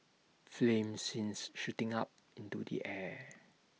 flames seen shooting up into the air